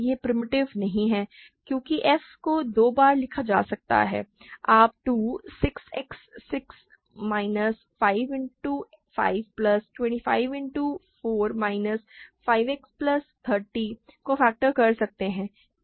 यह प्रिमिटिव नहीं है क्योंकि f को 2 बार लिखा जा सकता है आप 2 6 X 6 minus 5 X 5 plus 25 X 4 minus 5 X plus 30 को फैक्टर कर सकते हैं